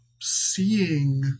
seeing